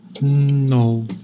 No